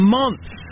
months